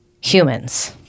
humans